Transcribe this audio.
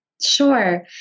Sure